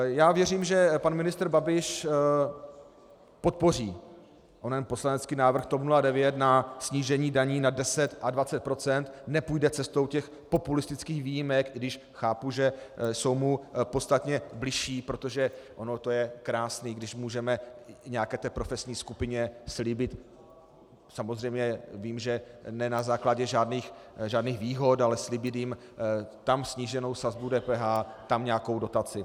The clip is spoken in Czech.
Já věřím, že pan ministr Babiš podpoří onen poslanecký návrh TOP 09 na snížení daní na 10 a 20 %, nepůjde cestou těch populistických výjimek, i když chápu, že jsou mu podstatně bližší, protože ono to je krásné, když můžeme nějaké té profesní skupině slíbit samozřejmě vím, že ne na základě žádných výhod, ale slíbit jim tam sníženou sazbu DPH, tam nějakou dotaci.